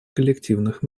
коллективных